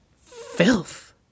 Filth